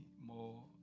more